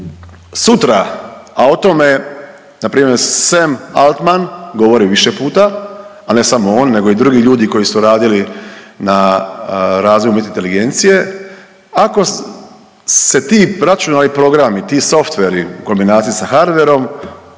sutra, a o tome npr. Sam Altman govori više puta, al' ne samo on nego i drugi ljudi koji su radili na razvoju umjetne inteligencije, ako se ti računalni programi, ti softveri u kombinaciji sa hardverom